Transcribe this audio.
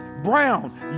Brown